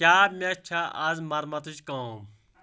کیاہ مےٚ چھا آز مَرمتٕچ کٲم